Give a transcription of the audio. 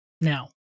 Now